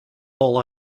all